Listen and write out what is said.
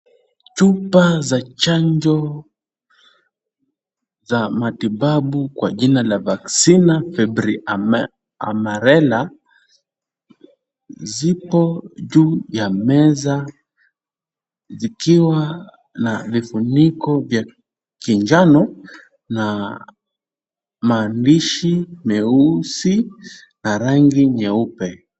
Chupa za chanjo za matibabu kwa jina la vacina febre amarela, zipo juu ya meza zikiwa na vifuniko vya kinjano na maandishi meusi na rangi nyeupe.